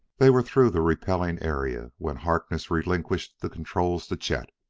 they were through the repelling area when harkness relinquished the controls to chet.